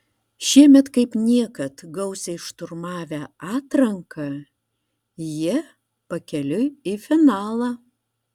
šiemet kaip niekad gausiai šturmavę atranką jie pakeliui į finalą